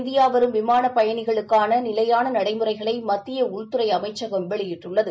India வரும் விமான பயணிகளுக்கான நிலையான நடைமுறைகளை மத்திய உள்துறை அமைச்சகம் வெளியிட்டுள்ளது